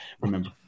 remember